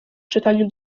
czytaniu